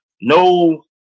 no